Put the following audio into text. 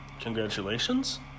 Congratulations